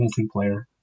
multiplayer